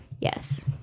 Yes